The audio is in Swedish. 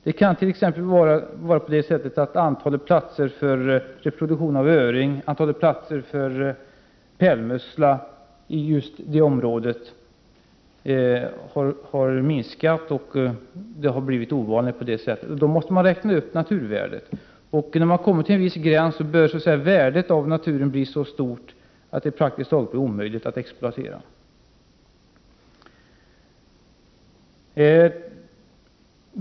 Det kan t.ex. vara så att antalet platser för reproduktion av öring och pärlmussla i just det området har minskat, och de har därför blivit ovanliga. Då måste man räkna ut naturvärdet. När man kommer till en viss gräns har värdet av naturen blivit så stort att det praktiskt taget bli omöjligt att exploatera.